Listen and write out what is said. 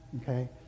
Okay